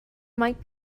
might